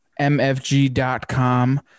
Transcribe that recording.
mfg.com